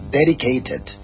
dedicated